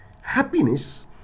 Happiness